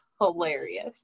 hilarious